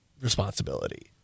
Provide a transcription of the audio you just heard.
responsibility